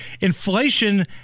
inflation